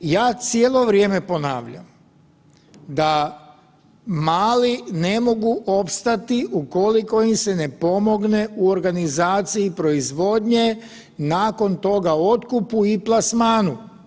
Ja cijelo vrijeme ponavljam da mali ne mogu opstati ukoliko im se ne pomogne u organizaciji proizvodnje, nakon toga otkupu i plasmanu.